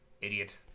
idiot